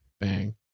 Bang